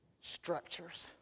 structures